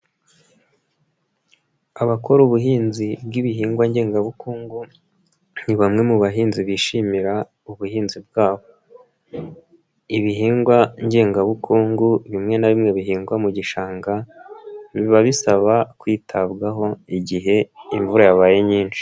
Abakora ubuhinzi bw'ibihingwa ngengabukungu, ni bamwe mu bahinzi bishimira ubuhinzi bwabo. Ibihingwa ngengabukungu bimwe na bimwe bihingwa mu gishanga, biba bisaba kwitabwaho igihe imvura yabaye nyinshi.